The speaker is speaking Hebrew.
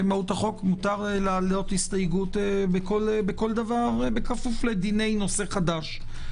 מותר להעלות כל דבר בכפוף לדיני נושא חדש.